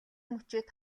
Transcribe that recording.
мөчид